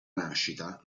nascita